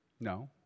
No